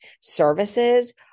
services